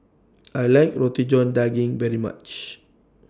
I like Roti John Daging very much